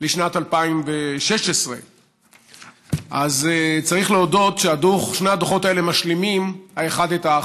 לשנת 2016. אז צריך להודות ששני הדוחות האלה משלימים זה את זה.